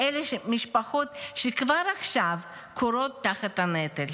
משפחות שכבר עכשיו כורעות תחת הנטל.